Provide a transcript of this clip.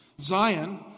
Zion